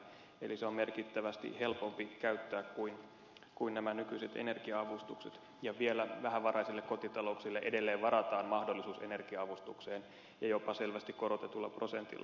eli se on merkittävästi helpompi käyttää kuin nämä nykyiset energia avustukset ja vielä vähävaraisille kotitalouksille edelleen varataan mahdollisuus energia avustukseen ja jopa selvästi korotetulla prosentilla